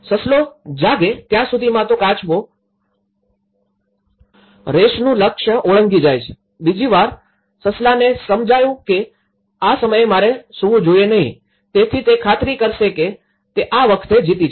સસલો જાગે ત્યાં સુધીમાં તો કાચબો રેસનું લક્ષ્ય ઓળંગી જાય છે બીજી વાર સસલાને સમજાયું કે આ સમયે મારે સૂવું જોઈએ નહીં તેથી તે ખાતરી કરશે કે તે આ વખતે જીતી જાય